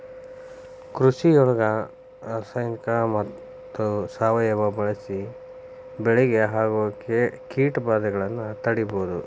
ಕೃಷಿಯೊಳಗ ರಾಸಾಯನಿಕ ಮತ್ತ ಸಾವಯವ ಬಳಿಸಿ ಬೆಳಿಗೆ ಆಗೋ ಕೇಟಭಾದೆಯನ್ನ ತಡೇಬೋದು